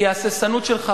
כי ההססנות שלך,